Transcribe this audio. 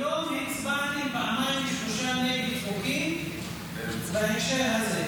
היום הצבעתי פעמיים או שלוש נגד חוקים בהקשר הזה,